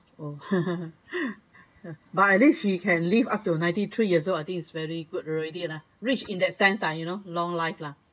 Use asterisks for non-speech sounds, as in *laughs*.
oh *laughs* but at least he can live up to ninety three years old I think it's very good already lah rich in that sense lah you know long life lah